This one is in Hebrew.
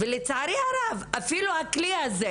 ולצערי הרב, אפילו הכלי הזה